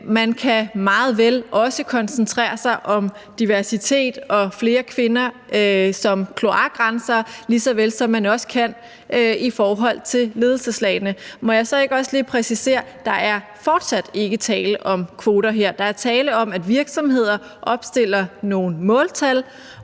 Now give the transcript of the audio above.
Man kan meget vel også koncentrere sig om diversitet og flere kvinder som kloakrensere, lige så vel som man kan det i forhold til ledelseslagene. Må jeg så ikke også lige præcisere, at der fortsat ikke er tale om kvoter her. Der er tale om, at virksomheder opstiller nogle måltal,